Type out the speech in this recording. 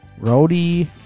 Roadie